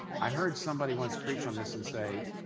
i heard somebody once preach on this and say,